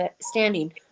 standing